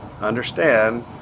understand